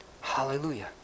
Hallelujah